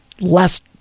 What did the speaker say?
less